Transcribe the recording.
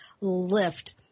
lift